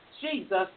Jesus